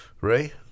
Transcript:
Ray